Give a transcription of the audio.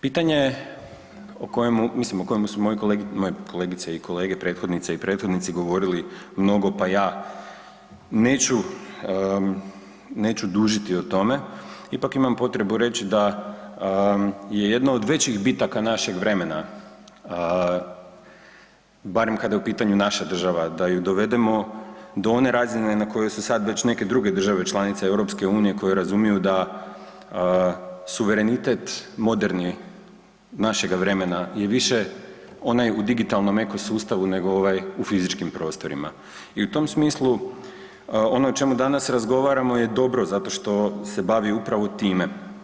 Pitanje o kojem mislim o kojemu su moje kolegice i kolege, prethodnice i prethodnici govorili mnoga pa ja neću, neću dužiti o tome ipak ima potrebu reći da je jedna od većih bitaka našeg vremena, barem kada je u pitanju naša država da je dovedemo do one razine na kojoj su sad već neke druge države članice EU koje razumije da suverenitet moderni našega vremena je više onaj u digitalnom eko sustavu nego ovaj u fizičkim prostorima i u tom smislu ono o čemu danas razgovaramo je dobro zato što se bavi upravo time.